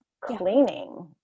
cleaning